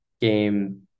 game